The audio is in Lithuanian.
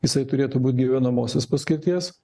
jisai turėtų būt gyvenamosios paskirties